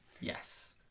Yes